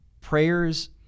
prayers